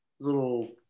little